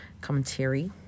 commentary